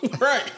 Right